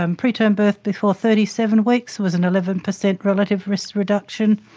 um preterm birth before thirty seven weeks was an eleven percent relative risk reduction,